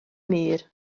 mur